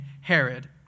Herod